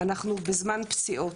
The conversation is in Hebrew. אנחנו בזמן פציעות,